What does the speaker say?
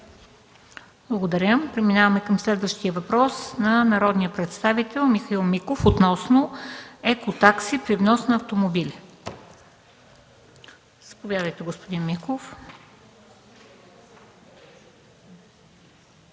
Благодаря. Преминаваме към следващия въпрос – на народния представител Михаил Миков, относно екотакси при внос на автомобили. Заповядайте, господин Миков.